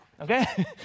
okay